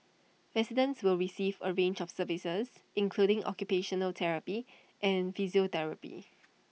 residents will receive A range of services including occupational therapy and physiotherapy